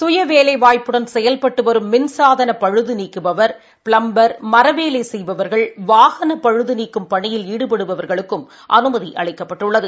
சுய வேலைவாய்ப்புடன் செயல்பட்டு வரும் மின்சாதன பழுது நீக்குபவர் ப்ளம்பர் மரவேலை செய்பவர்கள் வாகன பழுது நீக்கும் பணியில் ஈடுபடுபவர்களுக்கும் அனுமதி அளிக்கப்பட்டுள்ளது